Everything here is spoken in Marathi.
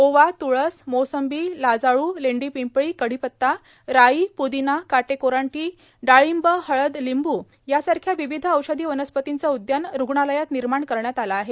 ओवाए त्ळसए मोसंबीए लाजाळूए लेंडी पिंपरीए कढीपत्ताए राईए प्दिनाए काटेकोरांटीए डाळिंबए हळदए लिंबू यासारख्या विविध औषधी वनस्पतींचं उद्यान रुग्णालयात निर्माण करण्यात आलं आहे